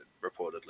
reportedly